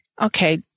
Okay